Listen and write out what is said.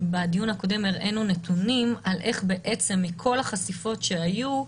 בדיון הקודם הראינו נתונים על איך בעצם מכל החשיפות שהיו,